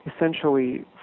essentially